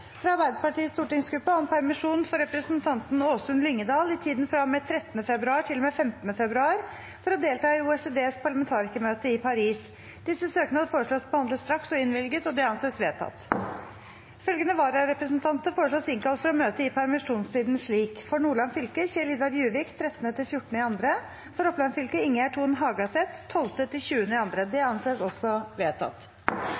fra Arbeiderpartiets stortingsgruppe om permisjon for representanten Åsunn Lyngedal i tiden fra og med 13. februar til og med 15. februar for å delta i OECDs parlamentarikermøte i Paris Etter forslag fra presidenten ble enstemmig besluttet: Søknadene behandles straks og innvilges. Følgende vararepresentanter innkalles for å møte i permisjonstiden: For Nordland fylke: Kjell-Idar Juvik 13.–14. februar For Oppland fylke: Ingjerd Thon Hagaseth